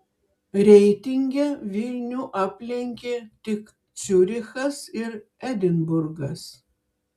reitinge vilnių aplenkė tik ciurichas ir edinburgas